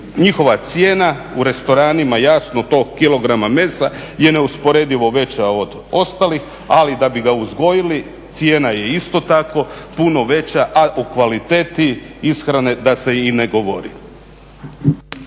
Njihova cijena u restoranima jasno tog kilograma mesa je neusporedivo veća od ostalih, ali da bi ga uzgojili cijena je isto tako puno veća, a o kvaliteti ishrane da se i ne govori.